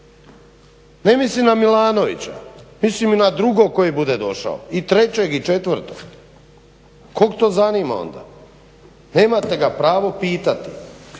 Ne mislim na Milanovića, mislim i na drugog koji bude došao i trećeg i četvrtog. Kog to zanima onda? Nemate ga pravo pitati